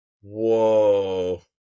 Whoa